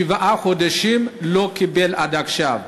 שבעה חודשים, לא קיבל עד עכשיו.